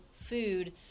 food